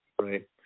right